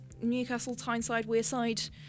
Newcastle-Tyneside-Wearside